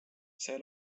see